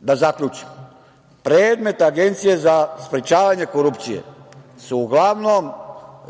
da zaključim, predmet Agencije za sprečavanje korupcije su uglavnom